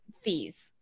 fees